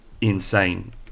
insane